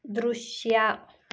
ದೃಶ್ಯ